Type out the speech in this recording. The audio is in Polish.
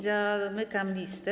Zamykam listę.